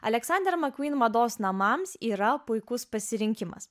aleksander mcqueen mados namams yra puikus pasirinkimas